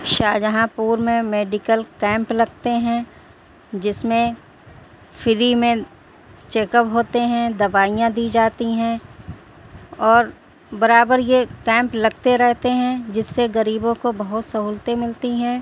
شاہجہانپور میں medical camp لگتے ہیں جس میں فری میں چیک اپ ہوتے ہیں دوائیاں دی جاتی ہیں اور برابر یہ کیمپ لگتے رہتے ہیں جس سے غریبوں کو بہت سہولتیں ملتی ہیں